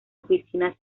oficinas